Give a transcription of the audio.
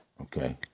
Okay